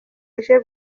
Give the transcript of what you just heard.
ije